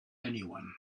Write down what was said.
anyone